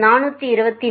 5 464